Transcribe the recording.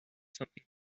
something